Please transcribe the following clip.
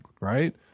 right